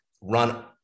run